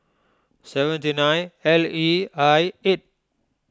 seventy nine L E I eight